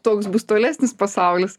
toks bus tolesnis pasaulis